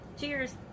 Cheers